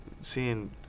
seeing